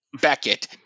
Beckett